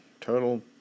Total